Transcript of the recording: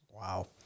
Wow